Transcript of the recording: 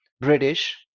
British